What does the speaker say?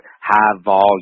high-volume